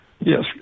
Yes